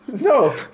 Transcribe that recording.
No